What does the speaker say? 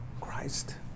Christ